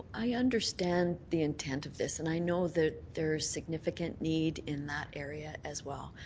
i understand the intent of this and i know that there's significant need in that area as well.